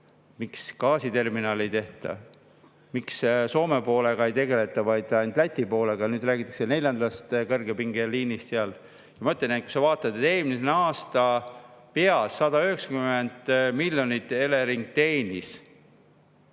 miks gaasiterminali ei tehta, miks Soome poolega ei tegelda, vaid ainult Läti poolega. Nüüd räägitakse neljandast kõrgepingeliinist seal. Ma ütlen, et kui sa vaatad, siis eelmisel aastal pea 190 miljonit Elering teenis